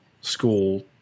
school